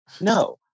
No